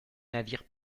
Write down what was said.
navire